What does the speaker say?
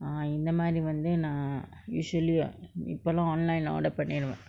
ah இந்த மாறி வந்து நான்:indtha maari vanthu naan usually இப்பல்லாம்:ippallaam online lah order பண்ணிருவன்:panniruvan